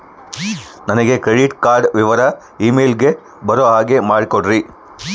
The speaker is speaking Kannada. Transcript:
ನನಗೆ ಕ್ರೆಡಿಟ್ ಕಾರ್ಡ್ ವಿವರ ಇಮೇಲ್ ಗೆ ಬರೋ ಹಾಗೆ ಮಾಡಿಕೊಡ್ರಿ?